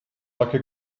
hacke